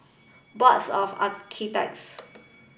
Boards of Architects